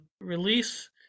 release